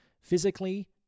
Physically